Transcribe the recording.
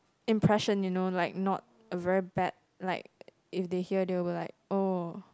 impression you know like not a very bad like if they hear they will be like oh